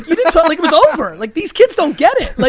it it so like was over. like these kids don't get it. like